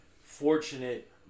fortunate